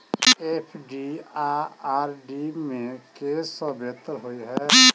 FD आ RD मे केँ सा बेहतर होइ है?